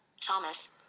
Thomas